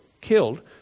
killed